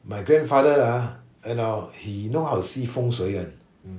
my grandfather ah you know he know how to see fengshui [one]